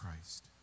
Christ